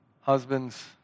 Husbands